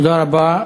תודה רבה.